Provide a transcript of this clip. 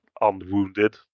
unwounded